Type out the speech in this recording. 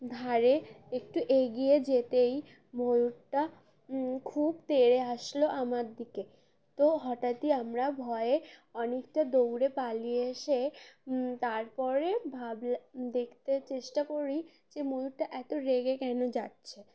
ধারে একটু এগিয়ে যেতেই ময়ূরটা খুব তেড়ে আসলো আমার দিকে তো হঠাৎই আমরা ভয়ে অনেকটা দৌড়ে পালিয়ে এসে তারপরে ভাব দেখতে চেষ্টা করি যে ময়ূরটা এত রেগে কেন যাচ্ছে